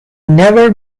never